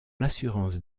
l’assurance